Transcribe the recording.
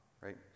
right